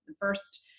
first